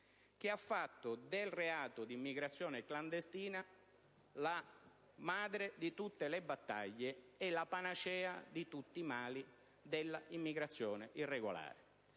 che ha fatto del reato di immigrazione clandestina la madre tutte le battaglie e la panacea di tutti i mali della immigrazione irregolare.